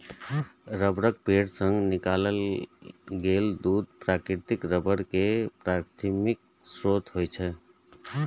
रबड़क पेड़ सं निकालल गेल दूध प्राकृतिक रबड़ के प्राथमिक स्रोत होइ छै